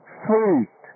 sweet